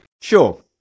Sure